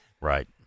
Right